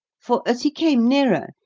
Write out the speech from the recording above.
for, as he came nearer,